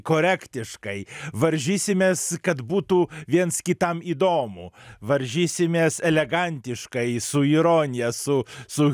korektiškai varžysimės kad būtų viens kitam įdomu varžysimės elegantiškai su ironija su su